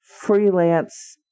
freelance